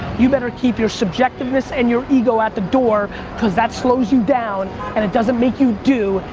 you better keep your subjectiveness and your ego at the door because that slows you down and it doesn't make you do,